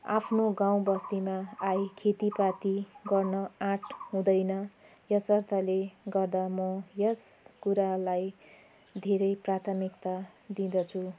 आफ्नो गाउँ बस्तीमा आई खेतीपाती गर्न आँट हुँदैन यसैले गर्दा म यस कुरालाई धेरै प्राथमिकता दिँदछु